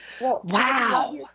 Wow